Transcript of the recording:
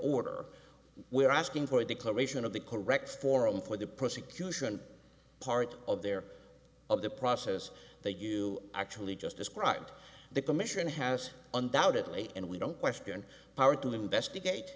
order we're asking for a declaration of the correct forum for the prosecution part of their of the process that you actually just described the commission has undoubtedly and we don't question power to investigate